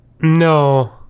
No